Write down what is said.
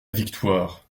victoire